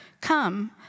Come